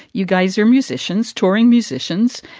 you guys are musicians touring musicians.